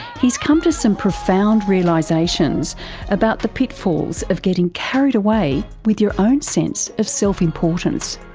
he's come to some profound realisations about the pitfalls of getting carried away with your own sense of self-importance.